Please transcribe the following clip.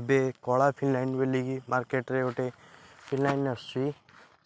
ଏବେ କଳା ଫିନାଇଲ୍ ବୋଲିକି ମାର୍କେଟ୍ରେ ଗୋଟେ ଫିନାଇଲ୍ ଆସୁଛି